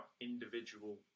individual